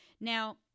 Now